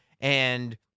and-